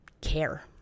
care